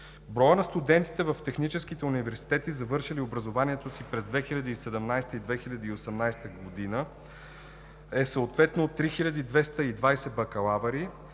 Броят на студентите в техническите университети, завършили образованието си през 2017 г. и 2018 г., е съответно 3220 бакалаври